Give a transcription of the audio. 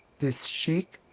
this sheik,